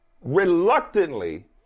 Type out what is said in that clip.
Reluctantly